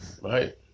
Right